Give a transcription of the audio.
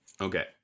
Okay